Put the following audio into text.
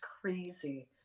crazy